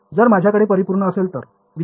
जर माझ्याकडे परिपूर्ण असेल तर